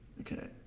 okay